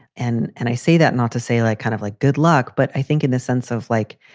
and and i say that not to say, like kind of like good luck. but i think in the sense of like,